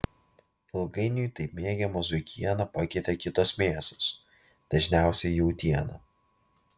ilgainiui taip mėgiamą zuikieną pakeitė kitos mėsos dažniausiai jautiena